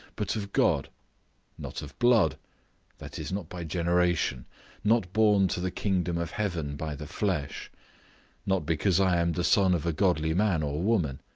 but of god not of blood that is, not by generation not born to the kingdom of heaven by the flesh not because i am the son of a godly man or woman.